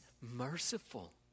merciful